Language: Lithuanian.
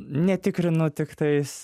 netikrinu tiktais